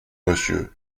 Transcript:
monsieur